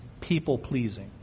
people-pleasing